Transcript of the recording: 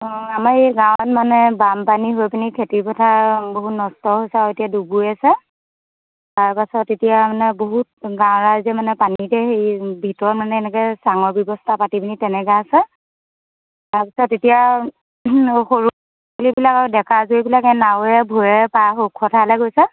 অঁ আমাৰ এই গাঁৱত মানে বানপানী হৈ পিনি খেতি পথাৰ বহুত নষ্ট হৈছে আৰু এতিয়া ডুব গৈ আছে তাৰপাছত এতিয়া মানে বহুত গাঁৱৰ ৰাইজে মানে পানীতে হেৰি ভিতৰত মানে এনেকৈ চাঙৰ ব্যৱস্থা পাতি পিনি তেনেকৈ আছে তাৰপিছত এতিয়া সৰু ছোৱালীবিলাকক আৰু ডেকা জীয়ৰীবিলাকে নাৱেৰে ভুৰেৰে পাৰ হৈ ওখ ঠাইলে গৈছে